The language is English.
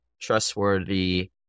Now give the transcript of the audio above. trustworthy